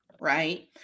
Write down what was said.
right